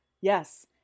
Yes